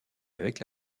avec